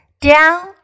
down